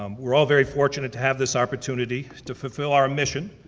um we're all very fortunate to have this opportunity, to fulfill our mission,